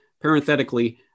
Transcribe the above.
parenthetically